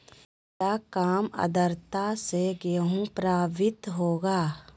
क्या काम आद्रता से गेहु प्रभाभीत होगा?